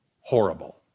horrible